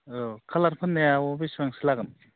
औ खालार फुननाया बेसेबांसो लागोन